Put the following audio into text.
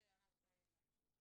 בשלב הזה להקשיב.